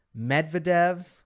Medvedev